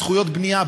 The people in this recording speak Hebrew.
זכויות בנייה.